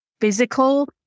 physical